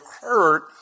hurt